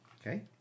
Okay